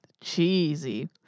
cheesy